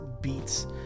beats